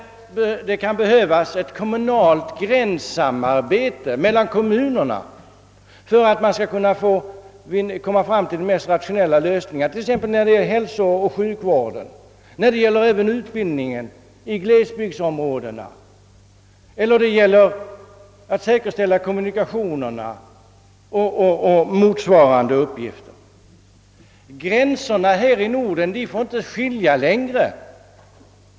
Det kan behövas ett kommunalt gränssamarbete för att man skall komma fram till mest rationella lösningar när det gäller exempelvis hälsooch sjukvården och även beträffande utbildningen i glesbygdsområdena samt beträffande kommunikationerna och motsvarande uppgifter. Gränserna inom Norden får inte skilja längre.